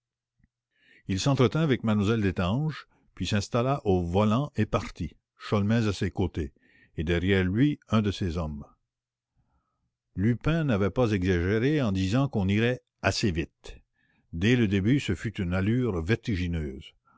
il s'entretint avec m lle destange puis s'installa au volant et partit sholmès à ses côtés et derrière lui un de ses hommes lupin n'avait pas exagéré en disant qu'on irait assez vite dès le début ce fut une allure vertigineuse